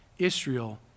Israel